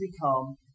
become